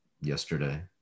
yesterday